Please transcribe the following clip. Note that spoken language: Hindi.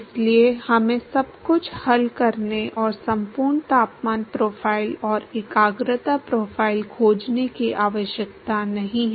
इसलिए हमें सब कुछ हल करने और संपूर्ण तापमान प्रोफ़ाइल और एकाग्रता प्रोफ़ाइल खोजने की आवश्यकता नहीं है